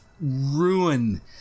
ruin